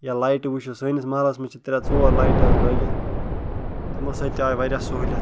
یا لایٹہٕ وُچھِو سٲنِس مَحلَس منٛز چھِ ترٛےٚ ژور لایٹہٕ حظ لٲگِتھ تِمو سۭتۍ تہِ آیہِ واریاہ سہوٗلیَت